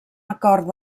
acord